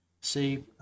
See